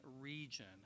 region